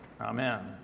Amen